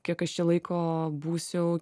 kiek aš čia laiko būsiu